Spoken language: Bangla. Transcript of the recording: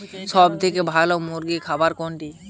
সবথেকে ভালো মুরগির খাবার কোনটি?